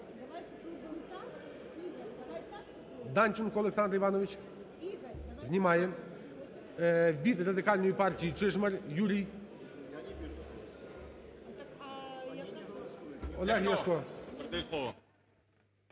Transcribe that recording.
Данченко Олександр Іванович. Знімає. Від Радикальної партії Чижмарь Юрій. 13:47:17